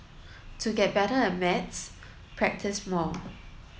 to get better at maths practise more